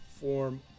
form